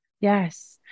Yes